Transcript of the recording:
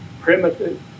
primitive